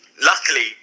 luckily